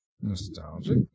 Nostalgic